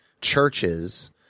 churches